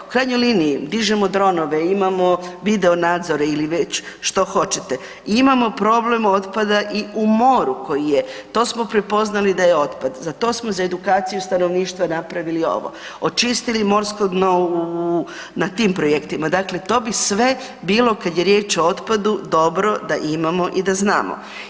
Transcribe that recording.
U krajnjoj liniji dižemo dronove, imamo video nadzore ili već što hoćete i imamo problem otpada i u moru koji je, to smo prepoznali da je otpad, za to smo za edukaciju stanovništva napravili ovo, očistili morsko dno na tim projektima, dakle to bi sve bilo kada je riječ o otpadu dobro da imamo i da znamo.